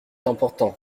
important